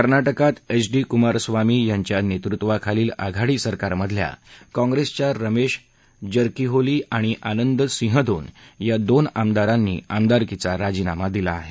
कर्नाटक मध्ये H D Kumaraswamy यांच्या नेतृत्वाखालील आघाडी सरकारमधल्या काँग्रेसच्या स्मेश जरकीहोली आणि आनंद सिंहदोन या दोन आमदारांनी आमदारकीचा राजीनामा दिला आहे